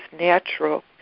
natural